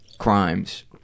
crimes